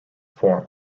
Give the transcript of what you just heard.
form